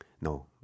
No